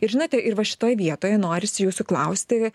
ir žinote ir va šitoj vietoj norisi jūsų klausti